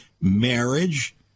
marriage